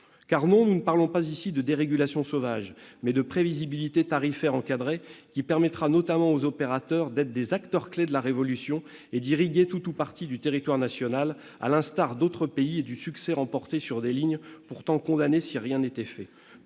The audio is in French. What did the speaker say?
effet, nous parlons ici non de dérégulation sauvage, mais de prévisibilité tarifaire encadrée, qui permettra notamment aux opérateurs d'être des acteurs clés de la révolution et d'irriguer tout ou partie du territoire national à l'instar d'autres pays et du succès remporté sur des lignes pourtant condamnées si rien n'était fait.